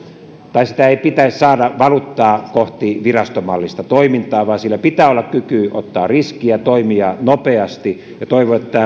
sitä ei pitäisi saada valuttaa kohti virastomallista toimintaa vaan sillä pitää olla kyky ottaa riskiä ja toimia nopeasti ja toivon että